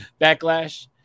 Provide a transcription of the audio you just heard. backlash